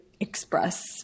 express